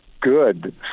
good